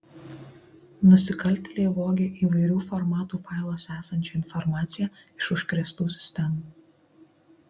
nusikaltėliai vogė įvairių formatų failuose esančią informaciją iš užkrėstų sistemų